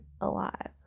alive